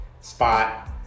spot